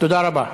תודה רבה.